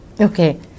Okay